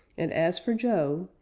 and, as for joe,